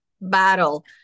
battle